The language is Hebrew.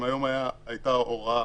אם היום הייתה הוראה